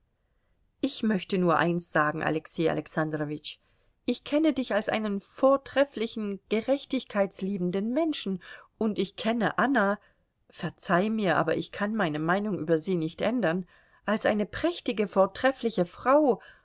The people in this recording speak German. ich möchte nur eins sagen alexei alexandrowitsch ich kenne dich als einen vortrefflichen gerechtigkeitsliebenden menschen und ich kenne anna verzeih mir aber ich kann meine meinung über sie nicht ändern als eine prächtige vortreffliche frau